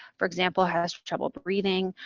for example, has trouble breathing,